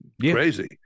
crazy